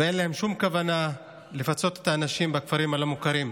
ואין להם שום כוונה לפצות את האנשים בכפרים הלא-מוכרים.